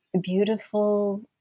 beautiful